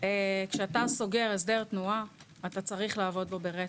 כשאתה סוגר הסדר תנועה, אתה צריך לעבוד בו ברצף.